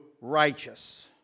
righteous